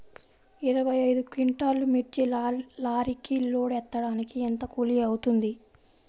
ఇరవై ఐదు క్వింటాల్లు మిర్చి లారీకి లోడ్ ఎత్తడానికి ఎంత కూలి అవుతుంది?